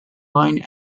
line